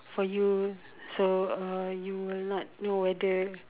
for you so uh you will not know whether